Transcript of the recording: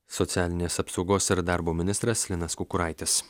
socialinės apsaugos ir darbo ministras linas kukuraitis